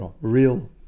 real